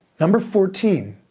number fourteen,